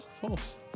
false